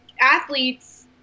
athletes